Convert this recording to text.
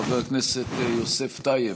חבר הכנסת יוסף טייב,